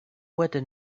weather